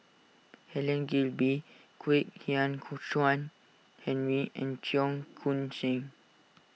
Helen Gilbey Kwek Hian Ku Chuan Henry and Cheong Koon Seng